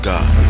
God